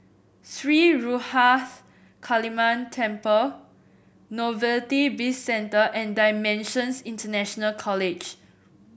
Sri Ruthra Kaliamman Temple Novelty Bizcentre and Dimensions International College